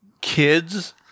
Kids